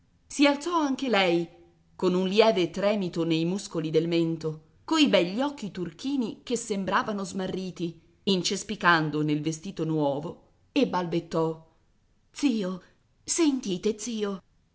si alzò anche lei con un lieve tremito nei muscoli del mento coi begli occhi turchini che sembravano smarriti incespicando nel vestito nuovo e balbettò zio sentite zio